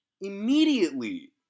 Immediately